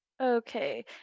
Okay